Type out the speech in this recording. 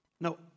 No